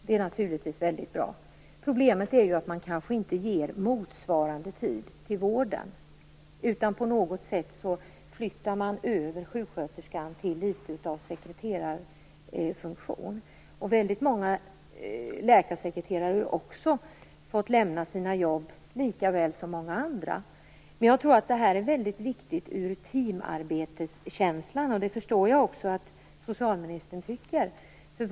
Det är naturligtvis väldigt bra. Problemet är att man kanske inte ger motsvarande tid till vården. På något sätt flyttar man över sjuksköterskan till litet av en sekreterarfunktion. Väldigt många läkarsekreterare har också fått lämna sina jobb, likaväl som många andra. Jag tror att det här är väldigt viktigt med hänsyn till teamarbetskänslan, och det förstår jag att också socialministern tycker.